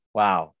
wow